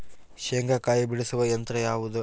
ಶೇಂಗಾಕಾಯಿ ಬಿಡಿಸುವ ಯಂತ್ರ ಯಾವುದು?